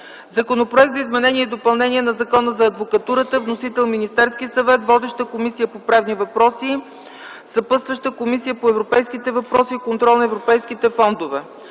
Законопроект за изменение и допълнение на Закона за адвокатурата. Вносител е Министерският съвет. Водеща е Комисията по правни въпроси. Съпътстваща е Комисията по европейските въпроси и контрол на европейските фондове.